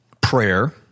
prayer